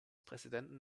präsidenten